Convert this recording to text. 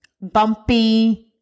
bumpy